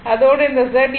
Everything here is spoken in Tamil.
அதோடு இந்த Zef 1